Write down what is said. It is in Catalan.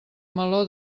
meló